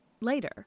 later